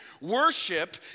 Worship